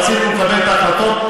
רצינו לקבל את ההחלטות,